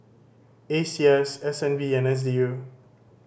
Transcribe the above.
A C S S N B and S D U